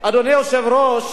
אדוני היושב-ראש,